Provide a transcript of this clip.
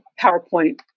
PowerPoint